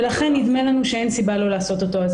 לכן, נדמה לנו שאין סיבה לא לעשות אותו.